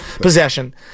possession